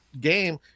game